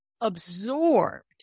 absorbed